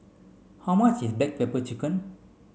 how much is back pepper chicken